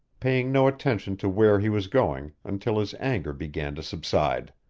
paying no attention to where he was going, until his anger began to subside.